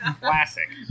Classic